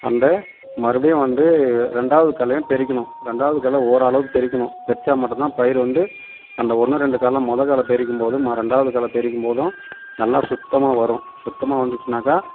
அந்த மறுபடியும் வந்து ரெண்டாவது களையும் பெறிக்கணும் ரெண்டாவது களை ஓரளவுக்கு பெறிக்கணும் பெறிச்சால் மட்டும்தான் பயிரை வந்து அந்த ஒன்று ரெண்டு களை முத களை பெறிக்கும்போதும் ரெண்டாவது களை பெறிக்கும்போதும் நல்லா சுத்தமாக வரும் சுத்தமாக வந்துச்சுன்னாக்கா